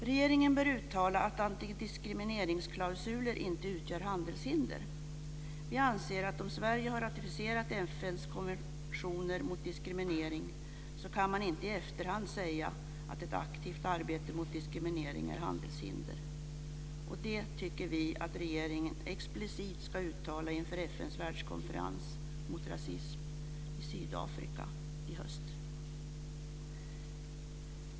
Regeringen bör uttala att antidiskrimineringsklausuler inte utgör handelshinder. Vi anser att om Sverige har ratificerat FN:s konventioner mot diskriminering, kan man inte i efterhand säga att ett aktivt arbete mot diskriminering är handelshinder. Det tycker vi att regeringen explicit ska uttala inför FN:s världskonferens mot rasism i Sydafrika i höst.